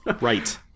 right